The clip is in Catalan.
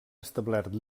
establert